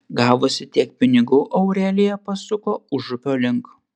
gavusi tiek pinigų aurelija pasuko užupio link